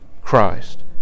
Christ